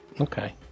okay